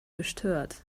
gestört